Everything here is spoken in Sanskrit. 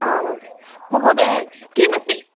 आमां महोदये किमस्ति